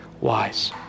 wise